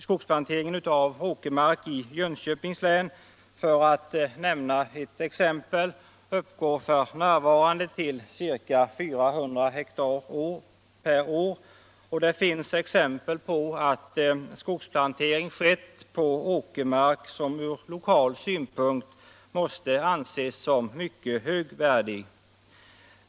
Skogsplanteringen på åkermark i Jönköpings län, för att nämna ett exempel, uppgår f.n. till ca 400 hektar per år, och det finns exempel på att skogsplantering skett på åkermark som ur lokal synpunkt måste anses som högvärdig.